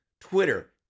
Twitter